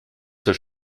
zur